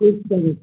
એક મિનિટ